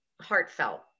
heartfelt